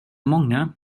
många